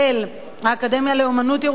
האקדמיה לאמנות ירושלים,